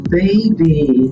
baby